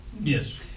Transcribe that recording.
Yes